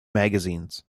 magazines